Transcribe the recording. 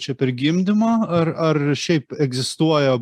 čia per gimdymą ar ar šiaip egzistuoja